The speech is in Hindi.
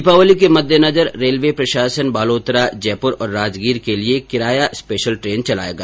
दीपावली के मद्देनजर रेलवे प्रशासन बालोतरा जयपुर और राजगीर के लिए किराया स्पेशल ट्रेन चलाएगा